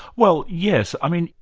well yes, i mean,